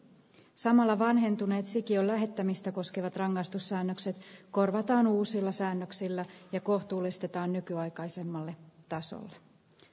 samalla vanhentuneet sikiön lähettämistä koskevat rangaistussäännökset korvataan uusilla säännöksillä ja kohtuullistetaan nykyaikaisemmalle tasolle